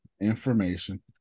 information